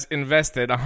invested